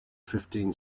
fifteen